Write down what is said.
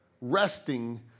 resting